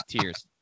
tears